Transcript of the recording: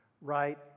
right